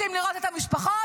רוצים לראות את המשפחות?